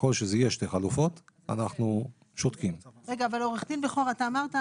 סעיף 13 בצו ההרחבה בענף הניקיון,